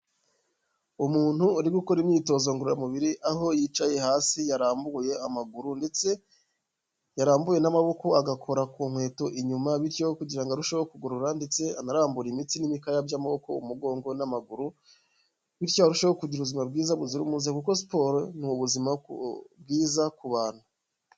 Umuntu uri gukora imyitozo ngororamubiri aho yicaye hasi yarambuye amaguru ndetse yarambuye n'amaboko agakora ku nkweto inyuma bityo kugira ngo arusheho kugorora ndetse anarambure imitsi n'imikaya by'amaboko, umugongo n'amaguru, bityo arusheho kugira ubuzima bwiza buzira umuze, kuko siporo ni ubuzima bwiza ku bantu.